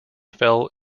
fell